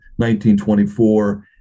1924